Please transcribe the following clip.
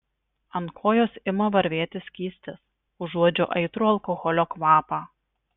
ant kojos ima varvėti skystis užuodžiu aitrų alkoholio kvapą